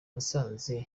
musanze